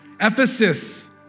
Ephesus